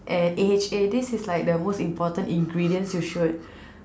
and A_H_A this is like the most important ingredients you should